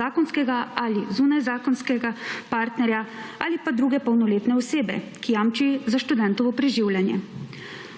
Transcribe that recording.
zakonskega ali zunajzakonskega partnerja ali pa druge polnoletne osebe, ki jamči za študentovo preživljanje.